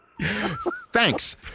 Thanks